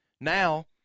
Now